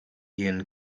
ian